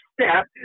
step